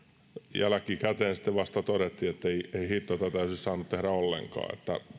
jälkikäteen sitten vasta todettiin että ei hitto tätä ei olisi saanut tehdä ollenkaan